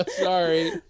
sorry